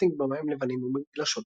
רפטינג במים לבנים ומגלשות הרים.